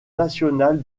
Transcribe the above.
nationale